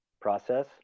process